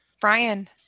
Brian